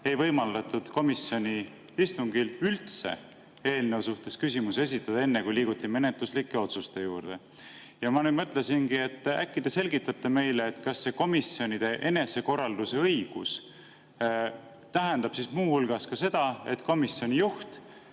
ei võimaldatud komisjoni istungil üldse eelnõu kohta küsimusi esitada enne, kui liiguti menetluslike otsuste juurde. Ma mõtlesin, et äkki te selgitate meile: kas komisjonide enesekorraldusõigus tähendab muu hulgas ka seda, et komisjoni juht